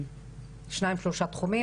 שניים שלושה תחומים,